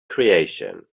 creation